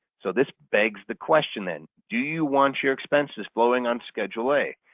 so this begs the question then, do you want your expenses blowing on schedule a?